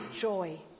joy